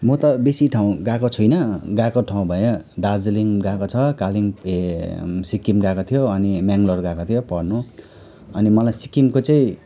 म त बेसी ठाउँ गएको छुइनँ गएको ठाउँ भयो दार्जिलिङ गएको छ कालिम्पोङ ए सिक्किम गएको थियो अनि मेङ्लोर गएको थियो पढ्नु अनि मलाई सिक्किमको चाहिँ